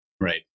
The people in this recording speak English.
Right